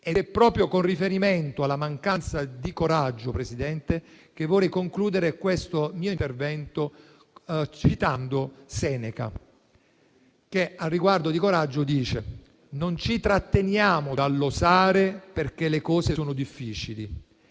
è proprio con riferimento alla mancanza di coraggio, Presidente, che vorrei concludere questo mio intervento citando Seneca, che a riguardo di coraggio dice: «Non è perché le cose sono difficili